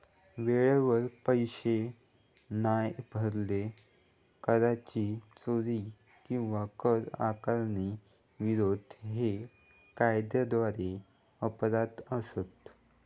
वेळेवर पैशे नाय भरले, कराची चोरी किंवा कर आकारणीक विरोध हे कायद्याद्वारे अपराध असत